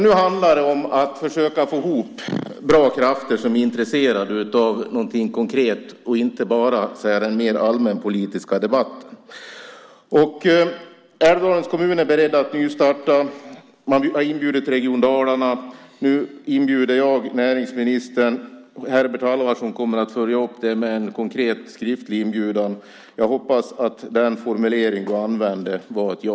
Nu handlar det om att försöka få ihop bra krafter som är intresserade av något konkret och inte bara den allmänpolitiska debatten. Älvdalens kommun är beredd att nystarta. Man har inbjudit Region Dalarna. Nu inbjuder jag näringsministern. Herbert Halvarsson kommer att följa upp det med en konkret skriftlig inbjudan. Jag hoppas att den formulering du använde var ett ja.